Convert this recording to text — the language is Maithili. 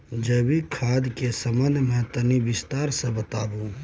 जैविक खाद के संबंध मे तनि विस्तार स बताबू?